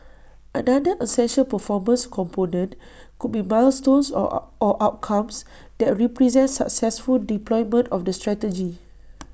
another essential performance component could be milestones or or outcomes that represent successful deployment of the strategy